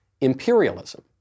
imperialism